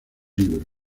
libro